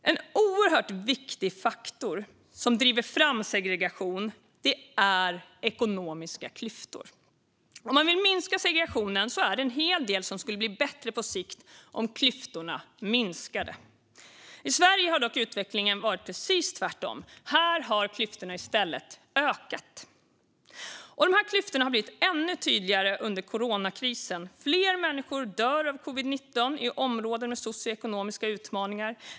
En oerhört viktig faktor som driver fram segregation är ekonomiska klyftor. Om man vill minska segregationen skulle en hel del på sikt bli bättre om klyftorna minskade. I Sverige har dock utvecklingen varit precis tvärtom. Här har klyftorna i stället ökat. De har blivit ännu tydligare under coronakrisen. Fler människor dör av covid-19 i områden med socioekonomiska utmaningar.